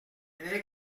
n’est